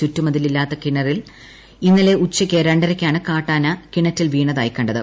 ചുറ്റുമതിലില്ലാത്ത കിണറ്റിൽ ഇന്നലെ ഉച്ചയ്ക്ക് രണ്ടരക്കാണ് കാട്ടാന കിണറ്റിൽ വീണതായ്ട്രി കണ്ടത്